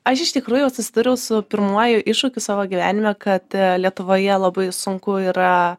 aš iš tikrųjų vat susitariau su pirmuoju iššūkiu savo gyvenime kad lietuvoje labai sunku yra